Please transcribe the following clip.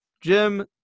Jim